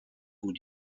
wohl